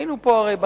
הרי היינו פה בקיץ